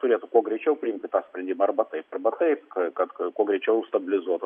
turėtų kuo greičiau priimti sprendimą arba taip arba taip ka kad kuo greičiau stabilizuotų